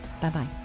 Bye-bye